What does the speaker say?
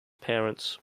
parents